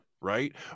right